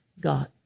God